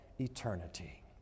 eternity